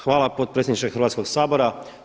Hvala potpredsjedniče Hrvatskoga sabora.